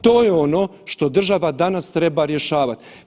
To je ono što država danas treba rješavat.